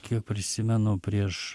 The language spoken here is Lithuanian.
kiek prisimenu prieš